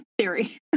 Theory